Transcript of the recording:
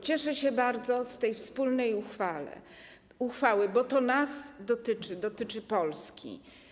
Cieszę się bardzo z tej wspólnej uchwały, bo to nas dotyczy, dotyczy Polski.